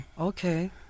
Okay